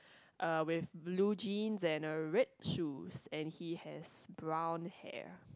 uh with blue jeans and uh red shoes and he has brown hair